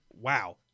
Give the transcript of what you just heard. wow